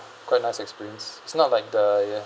quite nice experience it's not like the ya